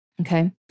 Okay